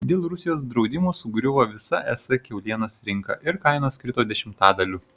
dėl rusijos draudimų sugriuvo visa es kiaulienos rinka ir kainos krito dešimtadaliu